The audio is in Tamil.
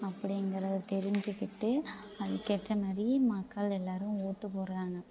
அப்படிங்கிறது தெரிஞ்சிக்கிட்டு அதுக்கு ஏத்தமாரி மக்கள் எல்லாரும் ஓட்டு போடுறாங்க